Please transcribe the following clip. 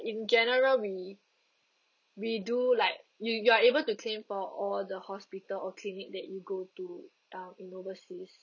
in general we we do like you you are able to claim for all the hospital or clinic that you go to uh in overseas